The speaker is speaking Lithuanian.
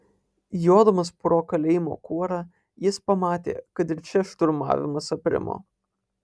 jodamas pro kalėjimo kuorą jis pamatė kad ir čia šturmavimas aprimo